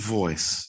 voice